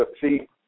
See